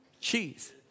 cheese